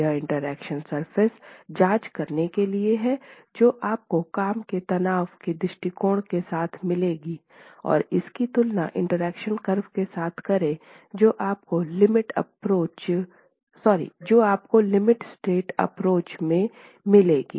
यह interaction surface जांच करने के लिए है जो आपको काम के तनाव के दृष्टिकोण के साथ मिलेगी और इसकी तुलना इंटरेक्शन कर्व के साथ करे जो आपको लिमिट स्टेट एप्रोच के लिए मिलेगा